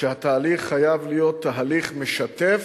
שהתהליך חייב להיות תהליך משתף,